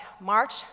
March